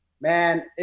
Man